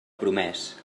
promès